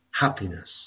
happiness